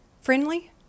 friendly